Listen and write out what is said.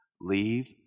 leave